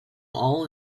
all